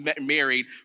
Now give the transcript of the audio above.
married